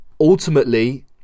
ultimately